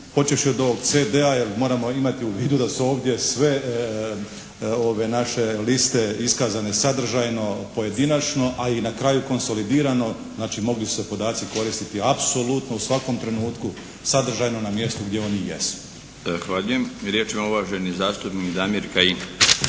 počevši od ovog CD-a jer moramo imati u vidu da su ovdje sve ove naše liste iskazane sadržajno, pojedinačno ali na kraju i konsolidirano. Znači, mogli su se podaci koristiti apsolutno u svakom trenutku sadržajno na mjestu gdje oni i jedu. Zahvaljujem. **Milinović, Darko